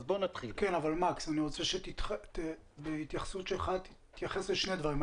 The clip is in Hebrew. אני רוצה שבהתייחסות שלך תתייחס לשני דברים.